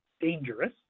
dangerous